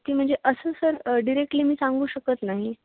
माहिती म्हणजे असं सर डिरेक्टली मी सांगू शकत नाही